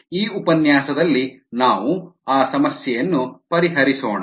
ಈ ಉಪನ್ಯಾಸದಲ್ಲಿ ನಾವು ಆ ಸಮಸ್ಯೆಯನ್ನು ಪರಿಹರಿಸೋಣ